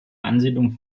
ansiedlung